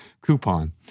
coupon